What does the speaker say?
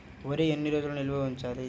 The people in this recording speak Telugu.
వరి ఎన్ని రోజులు నిల్వ ఉంచాలి?